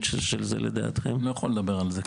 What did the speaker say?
לדברים הנוספים